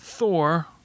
Thor